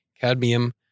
cadmium